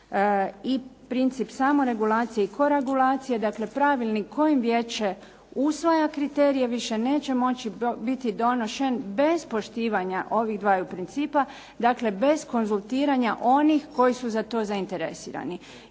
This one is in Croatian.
i princip samoregulacije i koregulacije. Dakle, pravilnik kojim vijeće usvaja kriterije više neće moći biti donošen bez poštivanja ovih dvaju principa, dakle bez konzultiranja onih koji su za to zainteresirani.